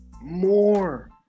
more